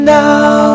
now